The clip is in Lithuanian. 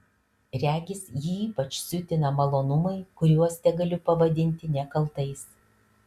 regis jį ypač siutina malonumai kuriuos tegaliu pavadinti nekaltais